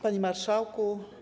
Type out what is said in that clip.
Panie Marszałku!